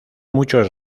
muchos